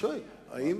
האם